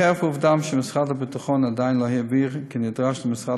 חרף העובדה שמשרד הביטחון עדיין לא העביר כנדרש למשרד